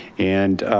and